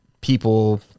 people